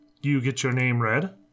you-get-your-name-read